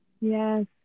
yes